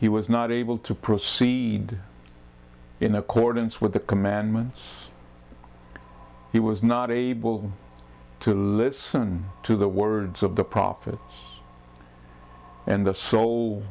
he was not able to proceed in accordance with the commandments he was not able to listen to the words of the prophets and the soul